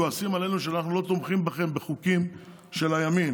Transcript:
כועסים עלינו שאנחנו לא תומכים בכם בחוקים של הימין,